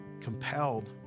compelled